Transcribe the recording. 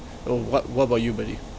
uh what what about you buddy